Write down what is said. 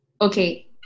Okay